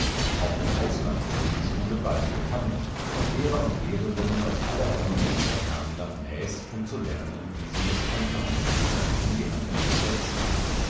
auch im ausland wurde die schule bald bekannt und lehrer und lehrerinnen aus aller herren länder kamen nach nääs um zu lernen wie sie es anfangen mußten um die hand zu erziehen